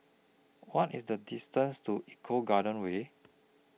What IS The distance to Eco Garden Way